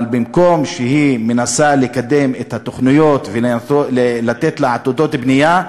אבל במקום שהיא תנסה לקדם את התוכניות ולתת לה עתודות בנייה,